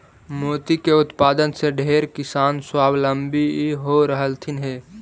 मोती के उत्पादन से ढेर किसान स्वाबलंबी हो रहलथीन हे